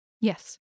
Yes